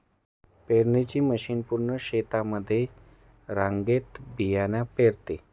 पेरणीची मशीन पूर्ण शेतामध्ये रांगेत बियाणे पेरते